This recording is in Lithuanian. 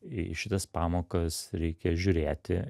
į šitas pamokas reikia žiūrėti